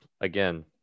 again